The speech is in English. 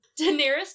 Daenerys